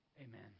Amen